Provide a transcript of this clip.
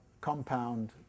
compound